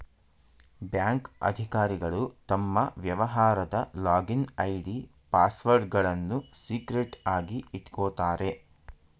bank ಅಧಿಕಾರಿಗಳು ತಮ್ಮ ವ್ಯವಹಾರದ ಲಾಗಿನ್ ಐ.ಡಿ, ಪಾಸ್ವರ್ಡ್ಗಳನ್ನು ಸೀಕ್ರೆಟ್ ಆಗಿ ಇಟ್ಕೋತಾರೆ